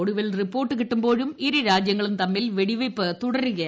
ഒടുവിൽ റിപ്പോർട്ട് കിട്ടുമ്പോഴും ഇരു രാജ്യങ്ങളും തമ്മിൽ വെടിവയ്പ് തുടരുകയാണ്